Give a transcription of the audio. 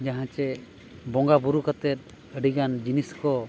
ᱡᱟᱦᱟᱸ ᱪᱮ ᱵᱚᱸᱜᱟ ᱵᱩᱨᱩ ᱠᱟᱛᱮᱫ ᱟᱹᱰᱤ ᱜᱟᱱ ᱡᱤᱱᱤᱥ ᱠᱚ